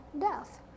death